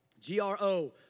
G-R-O